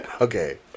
Okay